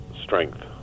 strength